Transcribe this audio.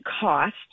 cost